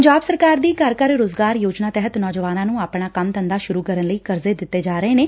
ਪੰਜਾਬ ਸਰਕਾਰ ਦੀ ਘਰ ਘਰ ਰੁਜ਼ਗਾਰ ਯੋਜਨਾ ਤਹਿਤ ਨੌਜਵਾਨਾਂ ਨੂੰ ਆਪਣਾ ਕੰਮ ਧੰਦਾ ਸੁਰੂ ਕਰਨ ਲਈ ਕਰਜ਼ੇ ਦਿੱਤੇ ਜਾ ਰਹੇ ਨੇ